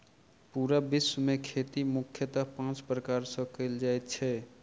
पूरा विश्व मे खेती मुख्यतः पाँच प्रकार सॅ कयल जाइत छै